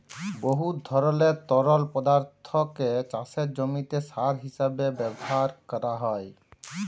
বহুত ধরলের তরল পদাথ্থকে চাষের জমিতে সার হিঁসাবে ব্যাভার ক্যরা যায়